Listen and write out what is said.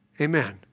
Amen